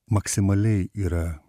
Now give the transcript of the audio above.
maksimaliai yra